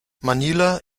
manila